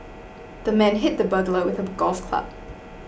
the man hit the burglar with a golf club